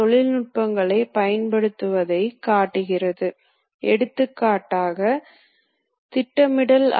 ஒரே ஒரு நிரலை மாற்றுவதால் முழு அமைப்பையும் எளிதாக மாற்றலாம்